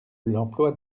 l’emploi